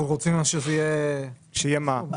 אנחנו רוצים שתהיה איזושהי קורלציה ביניהם.